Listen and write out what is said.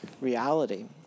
reality